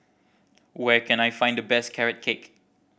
where can I find the best Carrot Cake